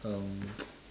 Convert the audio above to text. um